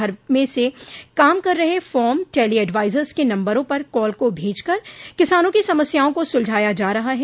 घर से काम कर रहे फार्म टेली एडवाइजर्स के नंबरों पर कॉल को भेजकर किसानों की समस्याओं को सुलझाया जा रहा है